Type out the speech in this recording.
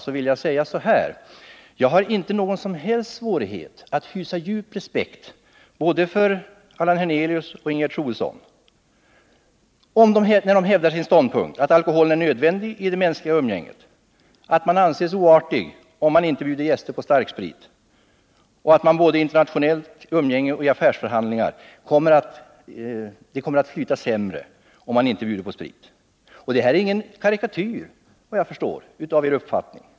Med anledning av det vill jag säga att jag inte har någon som helst svårighet att hysa djup respekt både för Allan Hernelius och för Ingegerd Troedssons ståndpunkt, att alkoholen är nödvändig i det mänskliga umgänget, att man anses oartig om man inte bjuder sina gäster på starksprit och att både internationellt umgänge och affärsförhandlingar flyter sämre utan sprit. Det här är ingen karikatyr av er uppfattning.